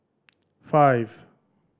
five